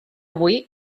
avui